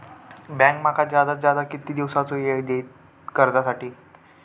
Bank माका जादात जादा किती दिवसाचो येळ देयीत कर्जासाठी?